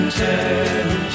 turn